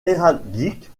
héraldique